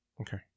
Okay